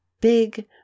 big